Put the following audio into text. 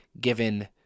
given